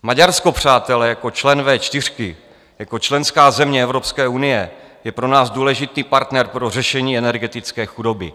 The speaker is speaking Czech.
Maďarsko, přátelé, jako člen V4, jako členská země Evropské unie je pro nás důležitý partner pro řešení energetické chudoby.